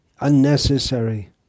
unnecessary